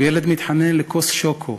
וילד מתחנן לכוס שוקו,